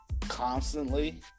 constantly